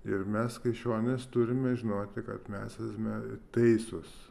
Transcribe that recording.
ir mes krikščionys turime žinoti kad mes esame teisūs